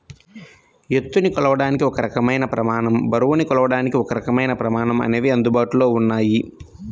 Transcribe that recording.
ఎత్తుని కొలవడానికి ఒక రకమైన ప్రమాణం, బరువుని కొలవడానికి ఒకరకమైన ప్రమాణం అనేవి అందుబాటులో ఉన్నాయి